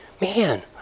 man